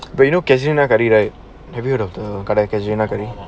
but you know casuarina curry right have you heard of the correct casuarina curry